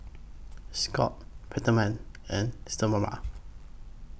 Scott's Peptamen and Sterimar